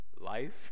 life